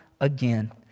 again